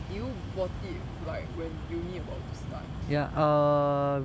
did you bought it when uni was about to start